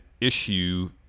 issue